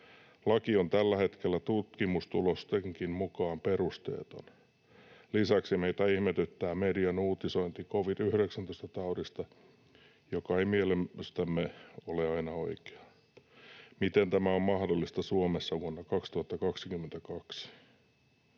Laki on tällä hetkellä tutkimustulostenkin mukaan perusteeton. Lisäksi meitä ihmetyttää median uutisointi covid-19-taudista, joka ei mielestämme ole aina oikea. Miten tämä on mahdollista Suomessa vuonna 2022?